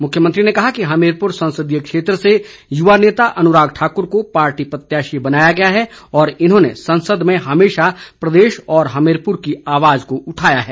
मुख्यमंत्री ने कहा कि हमीरपुर संसदीय क्षेत्र से युवा नेता अनुराग ठाकुर को पार्टी प्रत्याशी बनाया गया है और इन्होंने संसद में हमेशा प्रदेश व हमीरपुर की आवाज को उठाया है